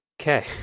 Okay